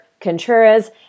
Contreras